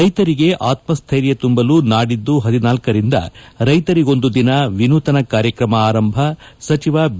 ರೈತರಿಗೆ ಆತ್ಮಸ್ಟೈರ್ಯ ತುಂಬಲು ನಾಡಿದ್ದು ರೈತರಿಗೊಂದು ದಿನ ವಿನೂತನ ಕಾರ್ಯಕ್ರಮ ಆರಂಭ ಸಚಿವ ಬಿ